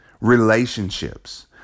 Relationships